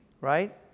right